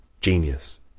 genius